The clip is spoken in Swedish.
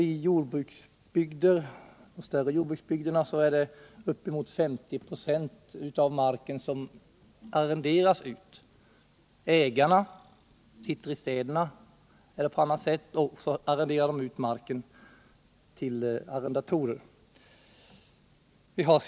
I de större jordbruksbygderna arrenderas uppemot 50 96 av marken ut. Ägarna sitter i städerna eller på annat håll.